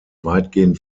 weitgehend